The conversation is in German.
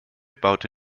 baute